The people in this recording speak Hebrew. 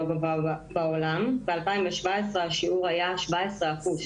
הגבוה בעולם: ב-2017 השיעור היה 17 אחוז.